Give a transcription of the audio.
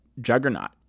juggernaut